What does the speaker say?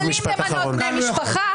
יכולים למנות בן משפחה,